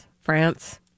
France